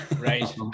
right